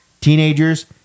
teenagers